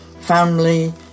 family